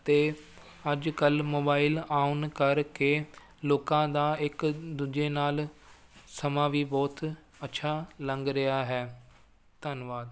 ਅਤੇ ਅੱਜ ਕੱਲ੍ਹ ਮੋਬਾਈਲ ਆਨ ਕਰਕੇ ਲੋਕਾਂ ਦਾ ਇੱਕ ਦੂਜੇ ਨਾਲ ਸਮਾਂ ਵੀ ਬਹੁਤ ਅੱਛਾ ਲੰਘ ਰਿਹਾ ਹੈ ਧੰਨਵਾਦ